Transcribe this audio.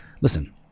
listen